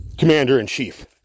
commander-in-chief